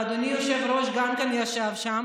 וגם אדוני היושב-ראש ישב שם,